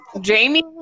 Jamie